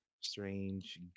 Strange